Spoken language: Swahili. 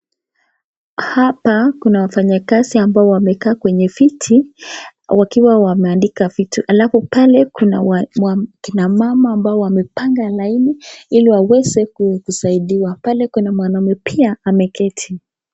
Hapa kuna wafanyikazi ambao wamekaa viti, wakiwa wameandika vitu, alafu pale kuna kina mama ambao wamepanga laini, ili wawezenkusaidiwa, pale kuna mwanaume pia ameketi.